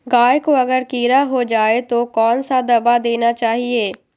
गाय को अगर कीड़ा हो जाय तो कौन सा दवा देना चाहिए?